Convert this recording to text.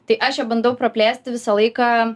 tai aš ją bandau praplėsti visą laiką